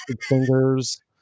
fingers